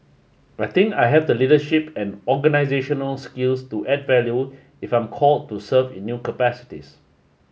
I think I have the leadership and organisational skills to add value if I'm called to serve in new capacities